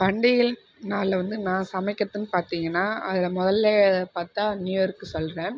பண்டிகை நாளில் வந்து நான் சமைக்கிறதுன்னு பார்த்தீங்கனா அதில் முதல்ல பார்த்தா நியூயர்க்கு சொல்லுறேன்